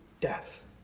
death